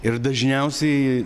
ir dažniausiai